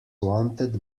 wanted